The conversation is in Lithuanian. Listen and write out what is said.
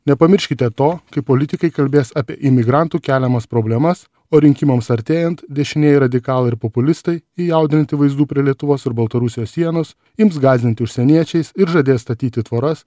nepamirškite to kai politikai kalbės apie imigrantų keliamas problemas o rinkimams artėjant dešinieji radikalai ir populistai įjaudinti vaizdų prie lietuvos ir baltarusijos sienos ims gąsdinti užsieniečiais ir žadės statyti tvoras